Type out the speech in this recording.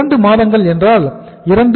இரண்டு மாதங்கள் என்றால் 212